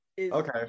Okay